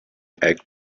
egg